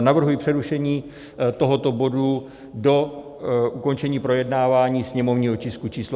Navrhuji přerušení tohoto bodu do ukončení projednávání sněmovního tisku č. 983.